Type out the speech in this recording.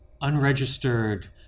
unregistered